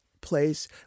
place